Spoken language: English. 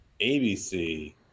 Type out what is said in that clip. ABC